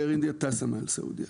אייר אינדיה טסה מעל סעודיה,